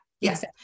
Yes